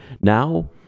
Now